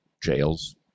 jails